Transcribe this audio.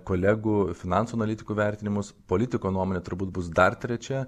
kolegų finansų analitikų vertinimus politiko nuomonė turbūt bus dar trečia